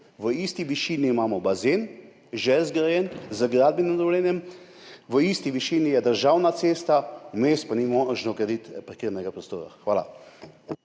Na isti višini imamo bazen, že zgrajen, z gradbenim dovoljenjem, na isti višini je državna cesta, vmes pa ni možno graditi parkirnega prostora. Hvala.